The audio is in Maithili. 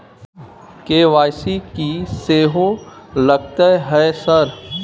के.वाई.सी की सेहो लगतै है सर?